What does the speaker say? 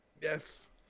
Yes